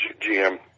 GM